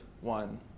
one